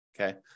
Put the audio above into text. okay